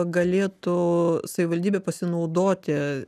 galėtų savivaldybė pasinaudoti